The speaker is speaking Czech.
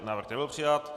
Návrh nebyl přijat.